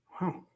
Wow